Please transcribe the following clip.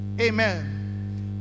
Amen